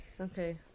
Okay